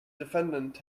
defendant